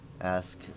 ask